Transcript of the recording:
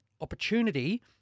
opportunity